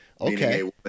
Okay